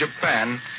Japan